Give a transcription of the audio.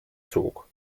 zog